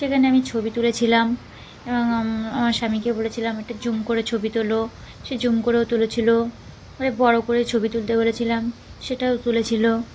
সেখানে আমি ছবি তুলেছিলাম এবং আমার স্বামীকে বলেছিলাম একটা জুম করে ছবি তোুলো সে জুম করেও তুলেছিলো ওটা বড়ো করে ছবি তুলতে বলেছিলাম সেটাও তুলেছিলো